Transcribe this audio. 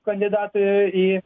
kandidatai į